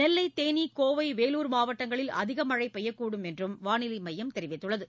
நெல்லை தேனி கோவை வேலூர் மாவட்டங்களில் அதிக மழை பெய்யக்கூடும் என்றும் வானிலை மையம் தெரிவித்துள்ளது